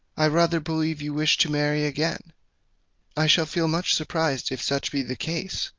i rather believe you wish to marry again i shall feel much surprised if such be the case.